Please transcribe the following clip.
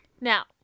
Now